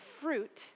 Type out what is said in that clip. fruit